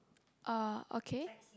uh okay